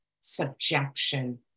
subjection